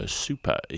super